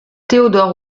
theodor